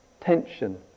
tension